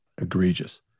egregious